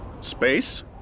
Space